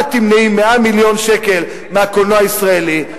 את תמנעי 100 מיליון שקלים מהקולנוע הישראלי.